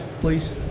please